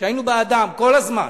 היינו בעדם כל הזמן.